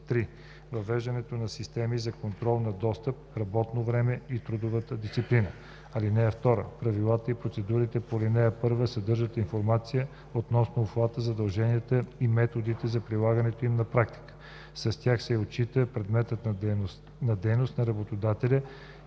3. въвеждане на системи за контрол на достъпа, работното време и трудовата дисциплина. (2) Правилата и процедурите по ал. 1 съдържат информация относно обхвата, задълженията и методите за прилагането им на практика. С тях се отчитат предметът на дейност на работодателя